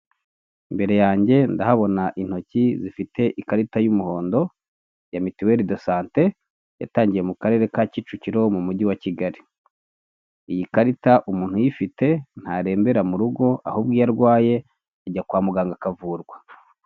Imbere yanjye ndahabona intoki zifite ikarita y'umuhondo ya mituewelle de sante yatangiye mu karere ka kicukiro mu mujyi wa kigali, iyi karita umuntu uyifite ntarembera mu rugo ahubwo iyo arwaye ajya kwa muganga akavurwa.